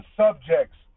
subjects